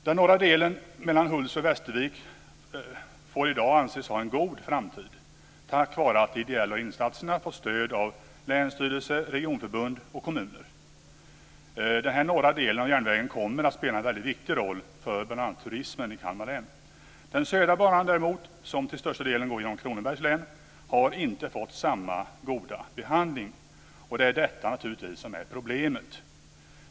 Den norra delen, mellan Hultsfred och Västervik får i dag anses ha en god framtid tack vare att de ideella insatserna får stöd av länsstyrelse, regionförbund och kommuner. Denna norra del av järnvägen kommer att spela en väldigt viktig roll för bl.a. turismen i Kalmar län. Den södra banan däremot, som till största delen går genom Kronobergs län, har inte fått samma goda behandling. Det är naturligtvis detta som är problemet.